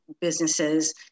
businesses